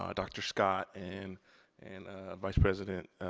um dr. scott and and vice president